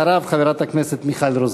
אחריו, חברת הכנסת מיכל רוזין.